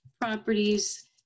properties